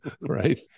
Right